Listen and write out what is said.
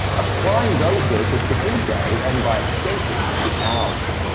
applying those verses to his day and, by extension, to ours.